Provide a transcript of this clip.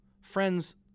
Friends